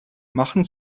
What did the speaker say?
machen